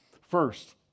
first